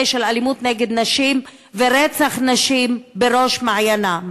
של אלימות נגד נשים ורצח נשים בראש מעייניה.